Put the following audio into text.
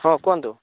ହଁ କୁହନ୍ତୁ